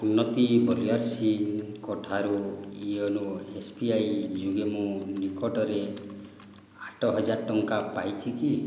ଉନ୍ନତି ବଳିଆରସିଂହଙ୍କ ଠାରୁ ୟୋନୋ ଏସ୍ ବି ଆଇ ଯୋଗେ ମୁଁ ନିକଟରେ ଆଠ ହଜାର ଟଙ୍କା ପାଇଛି କି